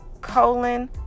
colon